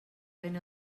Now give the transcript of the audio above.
ben